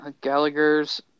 Gallagher's